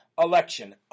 election